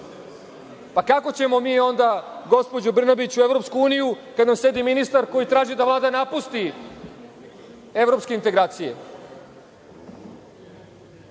Kako ćemo mi onda, gospođo Brnabić, u EU kada nam sedi ministar koji traži da Vlada napusti evropske integracije? Pošto